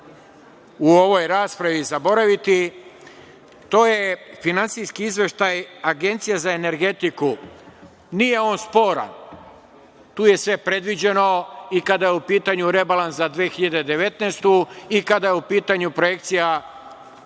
u ovoj raspravi zaboraviti, to je finansijski izveštaj Agencije za energetiku. Nije on sporan, tu je sve predviđeno i kada je u pitanju rebalans za 2019. godinu i kada je u pitanju projekcija